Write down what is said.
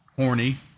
horny